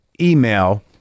email